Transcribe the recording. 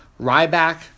Ryback